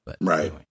Right